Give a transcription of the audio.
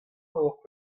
hocʼh